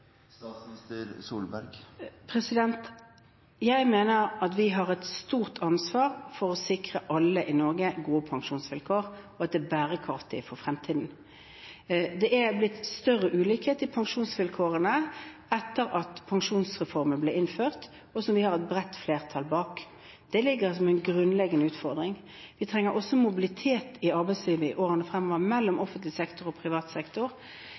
Jeg mener at vi har et stort ansvar for å sikre alle i Norge gode pensjonsvilkår, og at det er bærekraftig for fremtiden. Det er blitt større ulikhet i pensjonsvilkårene etter at pensjonsreformen ble innført, og som vi har et bredt flertall bak. Det ligger som en grunnleggende utfordring. Vi trenger også mobilitet i arbeidslivet i årene fremover, mellom offentlig sektor og privat sektor.